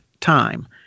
time